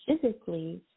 physically